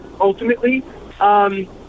ultimately